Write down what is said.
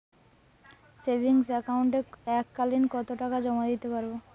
Savings একাউন্টে এক কালিন কতটাকা জমা দিতে পারব?